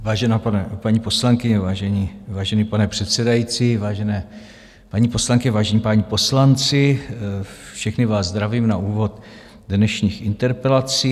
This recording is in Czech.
Vážená paní poslankyně, vážený pane předsedající, vážené paní poslankyně, vážení páni poslanci, všechny vás zdravím na úvod dnešních interpelací.